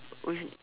with